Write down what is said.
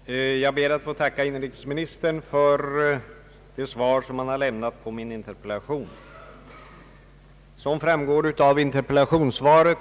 Herr talman! Jag ber att få tacka inrikesministern för det svar han lämnat på min interpellation. Såsom framgår av interpellationssvaret